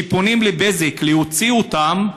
כשהם פונים לבזק להוציא אותם,